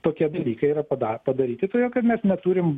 tokie dalykai yra pada padaryti todėl kad mes neturim